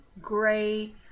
gray